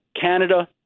Canada